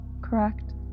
correct